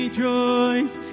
Rejoice